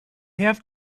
have